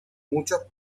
muchos